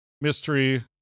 mystery